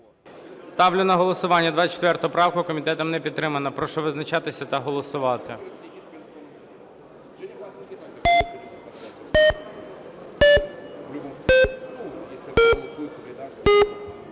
Ставлю на голосування 24 правку. Комітетом не підтримана. Прошу визначатися та голосувати.